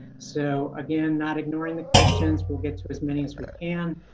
so again, not ignoring the questions will get to as many as we can.